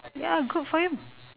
ya good for you